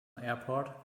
airport